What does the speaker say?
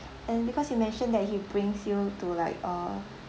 and because you mentioned that he brings you to like uh